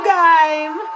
game